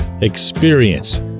experience